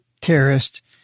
terrorist